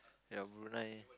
your Brunei